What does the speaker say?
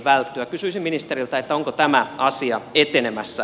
kysyisin ministeriltä onko tämä asia etenemässä